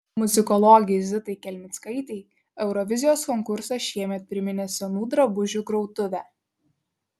muzikologei zitai kelmickaitei eurovizijos konkursas šiemet priminė senų drabužių krautuvę